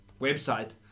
website